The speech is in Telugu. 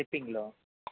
ట్రిప్పింగ్ లో